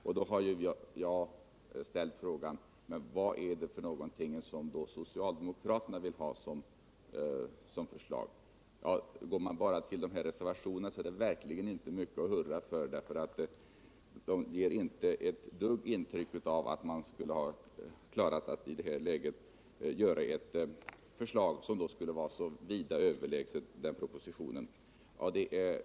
Och då har jag ställt frågan: Vad är det då som socialdemokraterna vill ha som förslag? Går man bara till reservationerna finner man verkligen inte mycket att hurra för. De ger inte ett dugg intryck av att man i detta läge skulle ha klarat av att komma med ett förslag som skulle ha varit så vida överlägset propositionen.